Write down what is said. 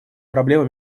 проблемы